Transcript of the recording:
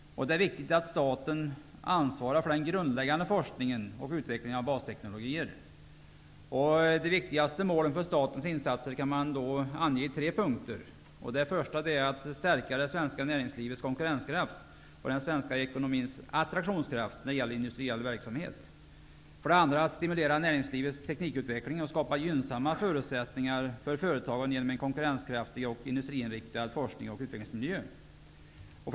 Det är viktigt att staten ansvarar för den grundläggande forskningen och utvecklingen av basteknologier. De viktigaste målen för statens insatser kan man ange i tre punkter. Den första är att stärka det svenska näringslivets konkurrenskraft och den svenska ekonomins attraktionskraft när det gäller industriell verksamhet. Den andra är att stimulera näringslivets teknikutveckling och skapa gynnsamma förutsättningar för företagen genom en konkurrenskraftig och industriinriktad forskningsoch utvecklingsmiljö.